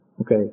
Okay